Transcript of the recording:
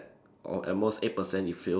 or at most eight percent if failed